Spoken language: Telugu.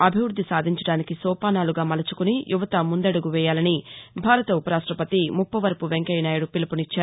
అభివృద్ది సాధించడానికి సోపానాలుగా మలచుకుని యువత ముందడుగు వేయాలని భారత ఉపరాష్టపతి ముప్పవరపు వెంకయ్య నాయుడు పిలుపునిచ్చారు